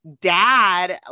dad